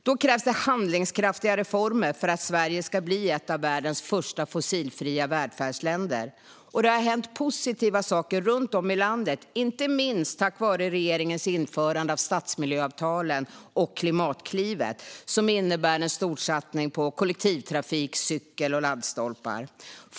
Det krävs handlingskraftiga reformer för att Sverige ska bli ett av världens första fossilfria välfärdsländer. Det har hänt positiva saker runt om i landet, inte minst tack vare regeringens införande av stadsmiljöavtalen och Klimatklivet, som innebär en storsatsning på kollektivtrafik, cykel och laddstolpar.